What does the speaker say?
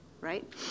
Right